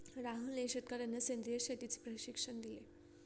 राहुलने शेतकर्यांना सेंद्रिय शेतीचे प्रशिक्षण दिले